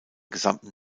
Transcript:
gesamten